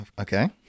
Okay